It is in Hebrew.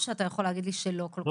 או שאתה יכול להגיד לי שלא כל כך?